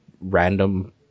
random